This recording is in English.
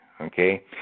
okay